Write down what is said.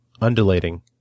undulating